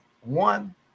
one